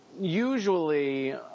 usually